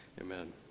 amen